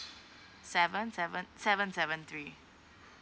seven seven seven seven three